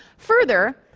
further,